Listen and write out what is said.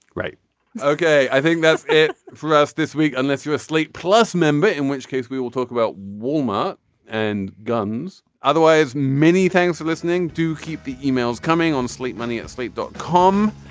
right okay. i think that's it for us this week unless you're a slate plus member in which case we will talk about wal-mart and guns otherwise many thanks for listening. do keep the e-mails coming on sleep money and sleep. dot com.